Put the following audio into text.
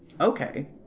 Okay